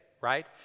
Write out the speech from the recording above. right